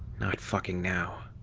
not fucking now.